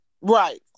Right